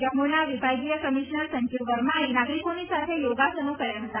જમ્મુના વિભાગીય કમિશનર સંજીવ વર્માએ નાગરિકોની સાથે યોગાસનો કર્યા હતા